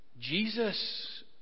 Jesus